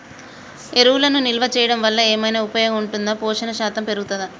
ఎరువులను నిల్వ చేయడం వల్ల ఏమైనా ఉపయోగం ఉంటుందా పోషణ శాతం పెరుగుతదా?